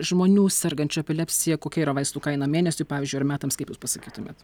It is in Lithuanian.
žmonių sergančių epilepsija kokia yra vaistų kaina mėnesiui pavyzdžiui ar metams kaip jūs pasakytumėt